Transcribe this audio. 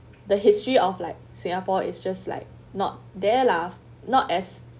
the history of like singapore is just like not there lah not as